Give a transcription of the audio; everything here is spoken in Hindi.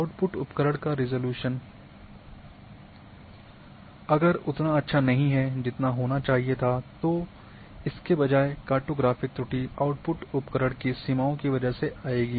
आउट्पुट उपकरण का रिज़ॉल्यूशन अगर उतना अच्छा नहीं है जितना होना चाहिए था तो इसके बजाय कार्टोग्राफिक त्रुटि आउटपुट उपकरण की सीमाओं की वजह से आएगी